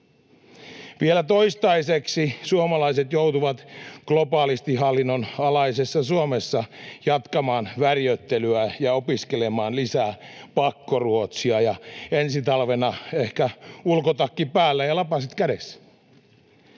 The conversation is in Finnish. Vielä toistaiseksi suomalaiset joutuvat globalistihallinnon alaisessa Suomessa jatkamaan värjöttelyä ja opiskelemaan lisää pakkoruotsia, ensi talvena ehkä ulkotakki päällä ja lapaset kädessä.